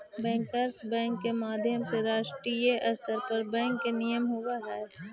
bankers bank के माध्यम से राष्ट्रीय स्तर पर बैंक के नियमन होवऽ हइ